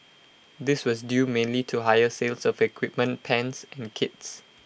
this was due mainly to higher sales of equipment pans and kits